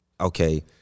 okay